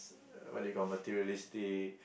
what you call materialistic